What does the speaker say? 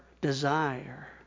desire